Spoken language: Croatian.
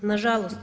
Nažalost.